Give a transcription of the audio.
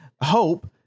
Hope